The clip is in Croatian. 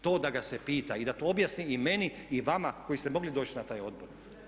To da ga se pita i da to objasni i meni i vama koji ste mogli doći na taj odbor.